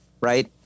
right